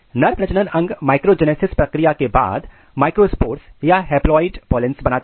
नर प्रजनन अंग माइक्रोजेनेसिस प्रक्रिया के बाद माइक्रोस्पोर्स या हैप्लॉयड पोलैंस बनाते हैं